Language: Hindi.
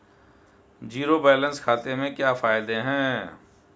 ज़ीरो बैलेंस खाते के क्या फायदे हैं?